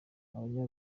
abanya